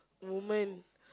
woman